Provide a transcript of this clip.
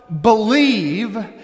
Believe